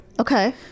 Okay